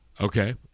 Okay